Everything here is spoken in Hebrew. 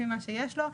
לפי מה שיש לו,